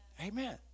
Amen